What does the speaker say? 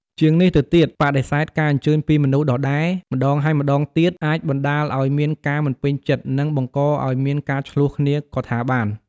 ជាងនេះទៅទៀត បដិសេធការអញ្ជើញពីមនុស្សដដែល ម្តងហើយម្តងទៀតអាចបណ្តាលឱ្យមានការមិនពេញចិត្ត និងបង្កអោយមានការឈ្លោះគ្នាក៍ថាបាន។